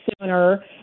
sooner